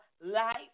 life